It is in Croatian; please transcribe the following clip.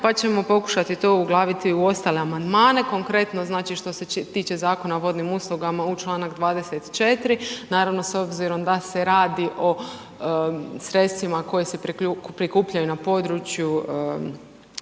pa ćemo pokušati to uglaviti u ostale amandmane. Konkretno, znači što se tiče Zakona o vodnim uslugama, u čl. 24. Naravno, s obzirom da se radi o sredstvima koja se prikupljaju na području